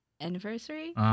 anniversary